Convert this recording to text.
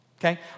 okay